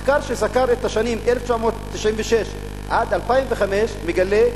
מחקר שסקר את השנים 1996,2005 מגלה,